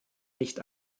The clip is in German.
nicht